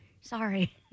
sorry